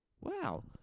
wow